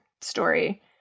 story